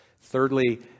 Thirdly